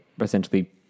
essentially